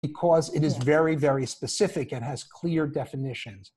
בגלל שזה מאוד מאוד ספציפי ויש לזה הגדרות ברורות.